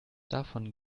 davon